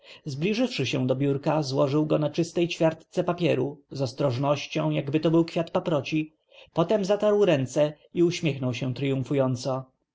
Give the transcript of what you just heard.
przedmiot zbliżywszy się do biórka złożył go na czystej ćwiartce papieru z ostrożnością jakby to był kwiat paproci potem zatarł ręce i uśmiechnął się